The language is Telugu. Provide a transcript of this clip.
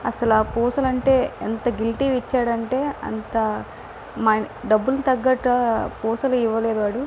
అసలు ఆ పూసలంటే ఎంత గిల్టీవి ఇచ్చాడంటే అంత మా డబ్బులు తగ్గట్టు అ పూసలు ఇవ్వలేదు వాడు